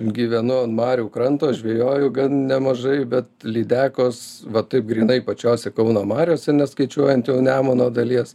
gyvenu an marių kranto žvejoju gan nemažai bet lydekos va taip grynai pačiose kauno mariose neskaičiuojant jau nemuno dalies